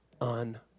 on